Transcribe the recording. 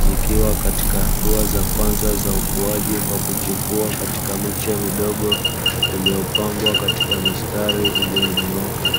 zikiwa katika hatua za kwanza za ukuaji kwa kuchipua katika mechi ya midogo iliyopangwa katika mistari iliyonyooka.